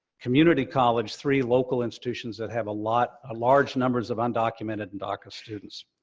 community college, three local institutions that have a lot, ah large numbers of undocumented and daca students.